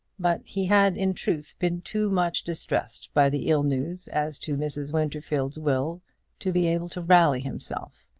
but he had in truth been too much distressed by the ill news as to mrs. winterfield's will to be able to rally himself,